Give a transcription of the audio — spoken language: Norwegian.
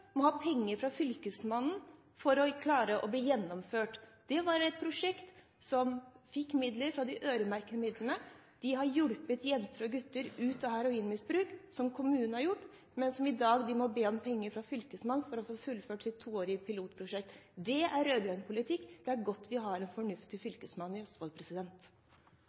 må ha penger fra Fylkesmannen for å bli gjennomført. Det var et prosjekt som fikk midler fra de øremerkede midlene. Det har hjulpet jenter og gutter ut av heroinmisbruk. Det er noe kommunen har gjort tidligere, men i dag må man be om penger fra Fylkesmannen for å få fullført dette toårige pilotprosjektet. Det er rød-grønn politikk. Det er godt vi har en fornuftig fylkesmann i Østfold.